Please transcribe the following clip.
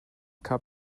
cup